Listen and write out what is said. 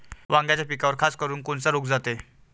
वांग्याच्या पिकावर खासकरुन कोनचा रोग जाते?